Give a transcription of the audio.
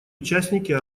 участники